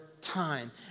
time